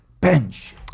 Bench